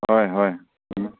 ꯍꯣꯏ ꯍꯣꯏ ꯎꯝ